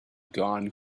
gone